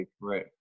right